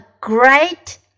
great